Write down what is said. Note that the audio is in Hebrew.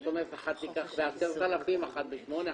מה זאת אומרת אחת תיקח ב-10,000, אחת ב-8,000?